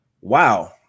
Wow